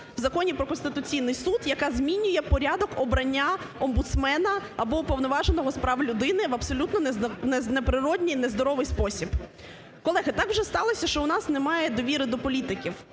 в Законі про Конституційний Суд, яка змінює порядок обрання омбудсмена або Уповноваженого з прав людини в абсолютно неприродній і нездоровий спосіб. Колеги, так вже сталося, що у нас немає довіри до політиків,